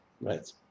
right